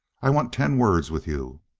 i want ten words with you.